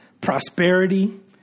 prosperity